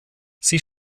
sie